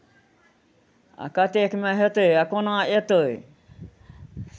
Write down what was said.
आ कत्तेकमे हेतै आ कोना अयतै